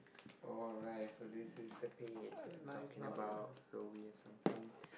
oh right so this is the page that I'm talking about so we've something